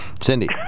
Cindy